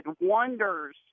wonders